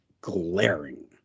glaring